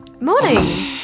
Morning